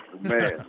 man